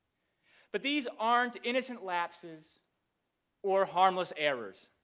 but these aren't innocent lapses or harmless errors.